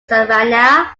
savannah